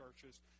churches